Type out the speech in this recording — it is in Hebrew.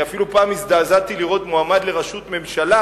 אני אפילו הזדעזעתי פעם לראות מועמד לראשות ממשלה